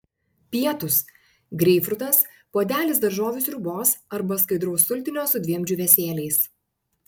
pietūs greipfrutas puodelis daržovių sriubos arba skaidraus sultinio su dviem džiūvėsėliais